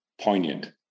poignant